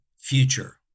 future